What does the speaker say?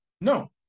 no